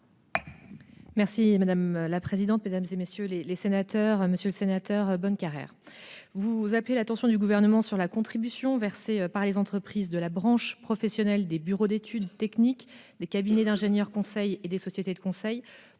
je l'espère. La parole est à Mme la ministre déléguée. Monsieur le sénateur Bonnecarrère, vous attirez l'attention du Gouvernement sur la contribution versée par les entreprises de la branche professionnelle des bureaux d'études techniques, des cabinets d'ingénieurs-conseils et des sociétés de conseil